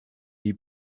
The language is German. die